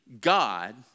God